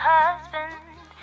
husband